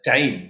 Time